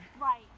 Right